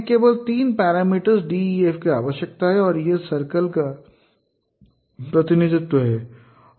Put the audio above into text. हमें केवल तीन पैरामीटर्स d e f की आवश्यकता है और यह सर्कल का प्रतिनिधित्व है